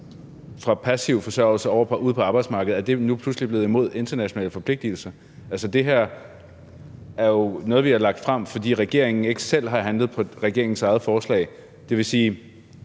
fra passiv forsørgelse over på arbejdsmarkedet, og er det nu pludselig blevet imod internationale forpligtelser? Det her er jo noget, vi har lagt frem, fordi regeringen ikke selv har handlet på regeringens eget forslag, og det vil sige,